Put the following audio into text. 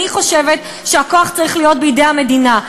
אני חושבת שהכוח צריך להיות בידי המדינה,